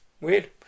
Weird